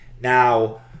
Now